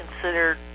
considered